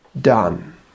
done